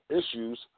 issues